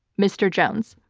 mr. jones.